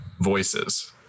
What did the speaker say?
voices